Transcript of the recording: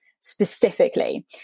specifically